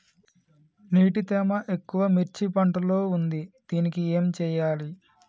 నీటి తేమ ఎక్కువ మిర్చి పంట లో ఉంది దీనికి ఏం చేయాలి?